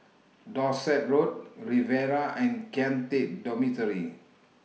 Dorset Road Riviera and Kian Teck Dormitory